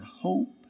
hope